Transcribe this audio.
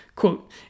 Quote